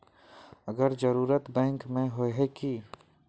अगर जरूरत बैंक में होय है की?